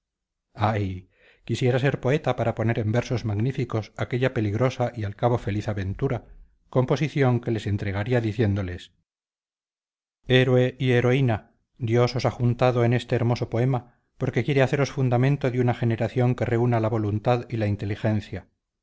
ay quisiera ser poeta para poner en versos magníficos aquella peligrosa y al cabo feliz aventura composición que les entregaría diciéndoles héroe y heroína dios os ha juntado en este hermoso poema porque quiere haceros fundamento de una generación que reúna la voluntad y la inteligencia